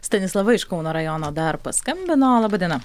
stanislava iš kauno rajono dar paskambino laba diena